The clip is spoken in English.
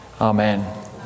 Amen